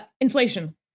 Inflation